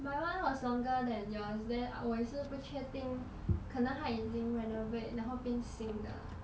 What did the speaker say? my one was no longer then yours then 我也是不确定可能他们已经 renovate then 变新的